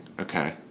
Okay